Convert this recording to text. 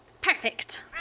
Perfect